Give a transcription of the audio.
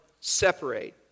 separate